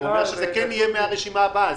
הוא רק אומר שזה יהיה מהרשימה הבאה.